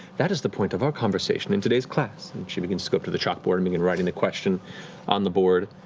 that is the point of our conversation in today's class. and she begins to go up to the chalkboard and begin writing the question on the board.